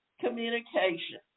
communication